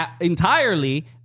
entirely –